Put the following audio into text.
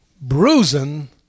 bruising